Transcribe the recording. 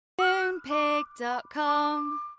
Moonpig.com